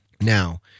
now